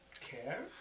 care